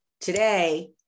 today